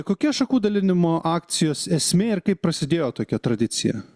kokia šakų dalinimo akcijos esmė ir kaip prasidėjo tokia tradicija